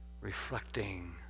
reflecting